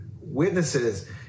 witnesses